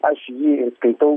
aš jį skaitau